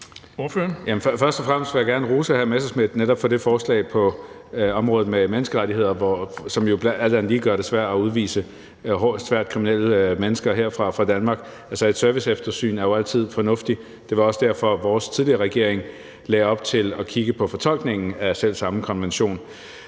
Først og fremmest vil jeg gerne rose hr. Morten Messerschmidt for netop det forslag på området med menneskerettigheder, som jo alt andet lige gør det svært at udvise svært kriminelle mennesker fra Danmark. Så et serviceeftersyn er jo altid fornuftigt. Det var også derfor, vores tidligere regering lagde op til at kigge på fortolkningen af selv samme konvention.